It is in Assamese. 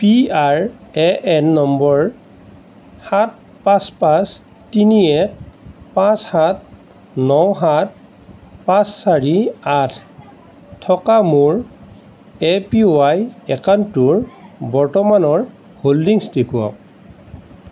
পি আৰ এ এন নম্বৰ সাত পাঁচ পাঁচ তিনি এক পাঁচ সাত ন সাত পাঁচ চাৰি আঠ থকা মোৰ এ পি ৱাই একাউণ্টটোৰ বৰ্তমানৰ হোল্ডিংছ দেখুৱাওক